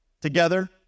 together